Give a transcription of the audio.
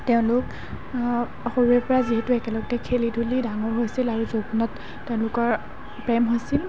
তেওঁলোক সৰুৰে পৰা যিহেতু একেলগে খেলি ধূলি ডাঙৰ হৈছিল আৰু যৌৱনত তেওঁলোকৰ প্ৰেম হৈছিল